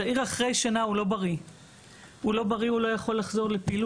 צעיר שהחלים לא נהיה בריא אחרי שנה ולא יכול לחזור לפעילות.